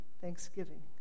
Thanksgiving